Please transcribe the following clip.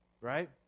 right